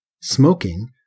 smoking